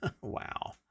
wow